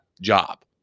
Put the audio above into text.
job